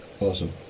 Awesome